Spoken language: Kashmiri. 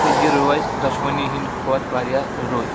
تہٕ یہِ روزِ دۄشوٕنی ہِنٛدِ کھۄتہٕ واریاہ رُت